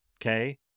okay